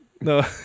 No